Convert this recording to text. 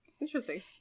Interesting